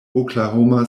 oklahoma